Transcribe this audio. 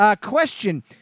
question